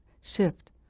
shift